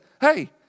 hey